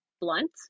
blunt